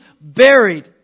buried